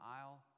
aisle